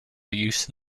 use